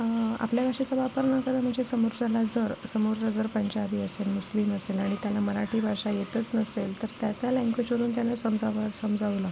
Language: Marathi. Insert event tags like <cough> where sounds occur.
आपल्या भाषेचा वापर <unintelligible> म्हणजे समोरच्याला जर समोरचा जर पंजाबी असेल मुस्लिम असेल आणि त्यांना मराठी भाषा येतच नसेल तर त्या त्या लँग्वेजवरून त्यांना समजावं समजावलं